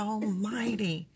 Almighty